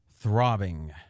throbbing